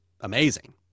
amazing